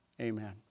amen